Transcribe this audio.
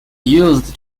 used